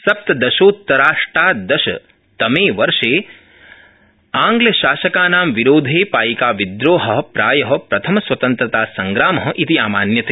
सप्तदशोत्तराष्टादशततमे वर्षे आंग्लशासकानां विरोधे पाइकाविद्रोह प्राय प्रथमस्वतन्त्रतासंग्राम इति आमान्यते